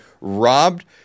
robbed